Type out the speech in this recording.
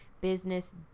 business